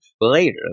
later